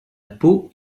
peau